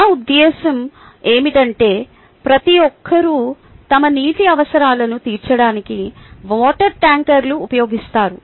నా ఉద్దేశ్యం ఏమిటంటే ప్రతి ఒక్కరూ తమ నీటి అవసరాలను తీర్చడానికి వాటర్ ట్యాంకర్లను ఉపయోగిస్తారు